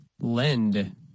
Lend